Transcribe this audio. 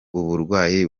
uburwayi